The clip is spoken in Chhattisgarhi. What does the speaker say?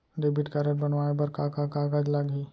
डेबिट कारड बनवाये बर का का कागज लागही?